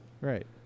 Right